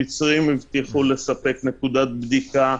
המצרים הבטיחו לספק נקודת בדיקה,